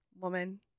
woman